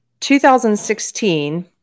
2016